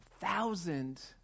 thousand